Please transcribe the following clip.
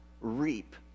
reap